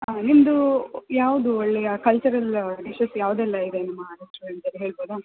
ನಿಮ್ಮದು ಯಾವುದು ಒಳ್ಳೆಯ ಕಲ್ಚರಲ್ ಡಿಶಸ್ ಯಾವುದೆಲ್ಲ ಇದೆ ನಿಮ್ಮ ರೆಸ್ಟೋರೆಂಟಲ್ಲಿ ಹೇಳ್ಬೌದಾ